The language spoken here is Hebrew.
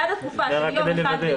רק כדי לוודא.